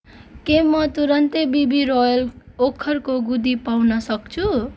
के म तुरुन्तै बिबी रोयल ओखरको गुदी पाउन सक्छु